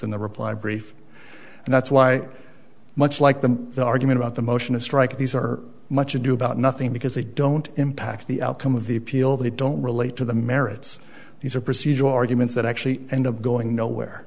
in the reply brief and that's why much like them the argument about the motion to strike these are much ado about nothing because they don't impact the outcome of the appeal they don't relate to the merits these are procedural arguments that actually end up going nowhere